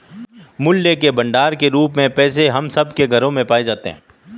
मूल्य के भंडार के रूप में पैसे हम सब के घरों में पाए जाते हैं